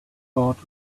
bought